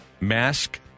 mask